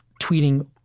tweeting